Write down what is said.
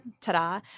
Ta-da